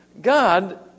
God